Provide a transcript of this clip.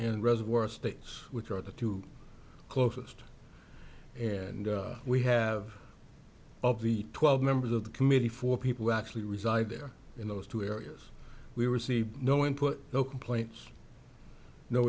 and reservoir states which are the two closest and we have of the twelve members of the committee for people who actually reside there in those two areas we were see no input no complaints no